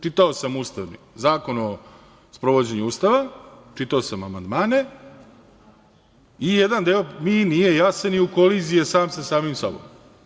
Čitao sam Zakon o sprovođenju Ustava, čitao sam amandmane i jedan deo mi nije jasan i u koliziji je sam sa samim sobom.